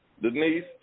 Denise